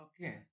Okay